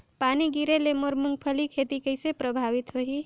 पानी गिरे ले मोर मुंगफली खेती कइसे प्रभावित होही?